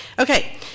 Okay